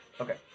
Okay